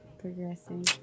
Progressing